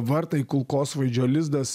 vartai kulkosvaidžio lizdas